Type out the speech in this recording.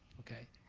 okay,